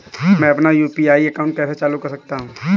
मैं अपना UPI account कैसे चालू कर सकता हूँ?